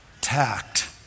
Tact